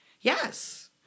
Yes